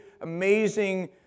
amazing